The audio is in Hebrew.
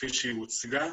כפי שהיא הוצגה.